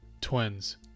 twins